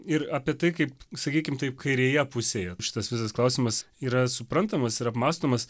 ir apie tai kaip sakykim taip kairėje pusėje šitas visas klausimas yra suprantamas ir apmąstomas